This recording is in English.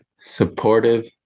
Supportive